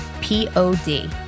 P-O-D